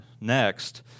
next